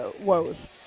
woes